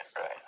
right